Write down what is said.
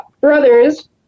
brothers